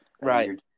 Right